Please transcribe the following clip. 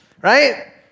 right